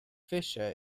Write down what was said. fisher